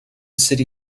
city